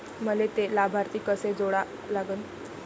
मले थे लाभार्थी कसे जोडा लागन?